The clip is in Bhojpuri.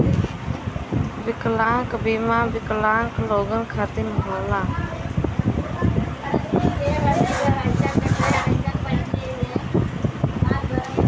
विकलांग बीमा विकलांग लोगन खतिर होला